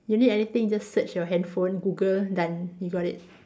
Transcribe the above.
you need anything just search your handphone Google done you got it